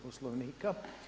Poslovnika.